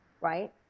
Right